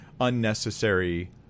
unnecessary